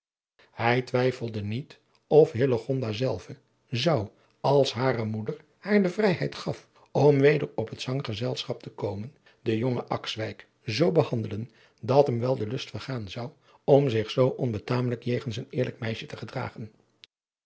hij twijfelde niet of hillegonda zelve zou als hare moeder haar de vrijheid gaf om weder op het zanggezelschap te komen den jongen akswijk zoo behandelen dat hem wel de lust vergaan zou om zich zoo onbetamelijk jegens adriaan loosjes pzn het leven van hillegonda buisman een eerlijk meisje te gedragen